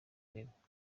w’intebe